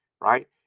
right